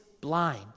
blind